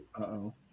Uh-oh